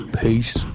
Peace